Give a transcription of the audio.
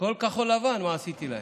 כל כחול לבן, מה עשיתי להם.